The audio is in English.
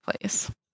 place